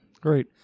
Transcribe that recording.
Great